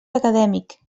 acadèmic